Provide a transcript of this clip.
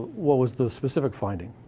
what was the specific finding?